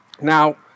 Now